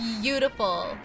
Beautiful